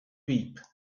pipe